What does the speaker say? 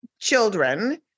children